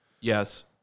Yes